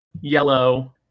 yellow